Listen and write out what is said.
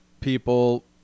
people